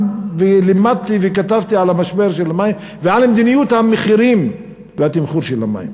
ולימדתי וכתבתי על משבר המים ועל מדיניות המחירים והתמחור של המים.